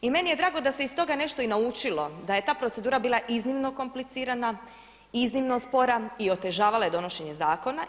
I meni je drago da se iz toga nešto i naučilo, da je ta procedura bila iznimno komplicirana, iznimno spora i otežavala je donošenje zakona.